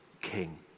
king